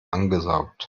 angesaugt